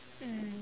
mm